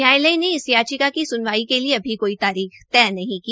न्यायालय ने इस याचिका की सुनवाई के लिए अभी कोई तारीख तय नहीं की